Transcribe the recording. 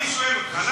אני שואל אותך.